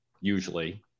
usually